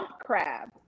crab